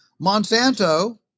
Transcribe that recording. Monsanto